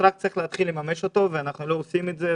להתחיל לממש אותו ואנחנו לא עושים את זה.